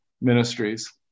ministries